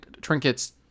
trinkets